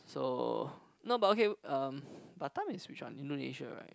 so no but okay um Batam is which one Indonesia right